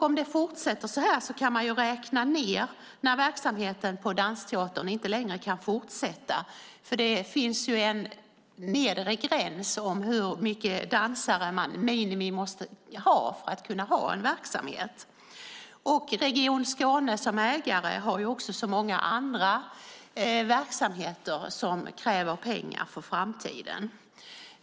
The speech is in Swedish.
Om det fortsätter så här kan man räkna ned när verksamheten på dansteatern inte längre kan fortsätta, för det finns ju en nedre gräns för hur många dansare man måste ha för att kunna ha en verksamhet. Och Region Skåne som ägare har också så många andra verksamheter som kräver pengar för framtiden.